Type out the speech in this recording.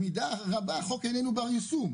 ניתן לומר שבמידה רבה החוק ההולנדי איננו בר-יישום.